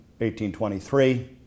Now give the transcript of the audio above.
1823